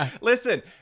Listen